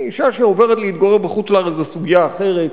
אשה שעוברת להתגורר בחוץ-לארץ, זו סוגיה אחרת.